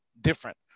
different